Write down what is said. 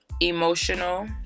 emotional